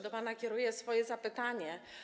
Do pana kieruję swoje zapytanie.